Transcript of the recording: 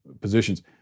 positions